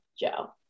Joe